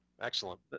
excellent